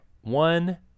one